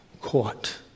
caught